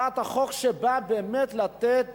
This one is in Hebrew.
שבאה לתת